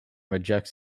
rejects